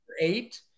Eight